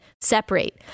separate